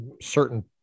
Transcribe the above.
certain